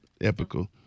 Epical